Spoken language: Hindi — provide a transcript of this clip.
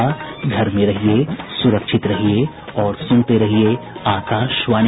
घर में रहिये सुरक्षित रहिये और सुनते रहिये आकाशवाणी